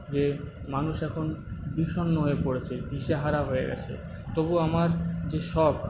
যে মানুষ এখন বিষণ্ণ হয়ে পড়েছে দিশেহারা হয়ে গেছে তবু আমার যে শখ